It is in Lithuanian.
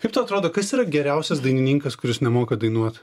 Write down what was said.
kaip tau atrodo kas yra geriausias dainininkas kuris nemoka dainuot